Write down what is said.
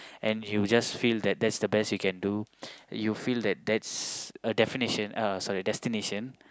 and you just feel that that's the best you can do you feel that that's a definition uh sorry a destination